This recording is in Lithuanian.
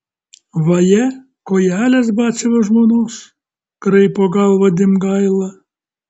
vaje kojelės batsiuvio žmonos kraipo galvą dimgaila